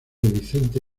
vicente